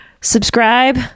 subscribe